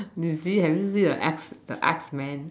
do you see have you seen the X the X men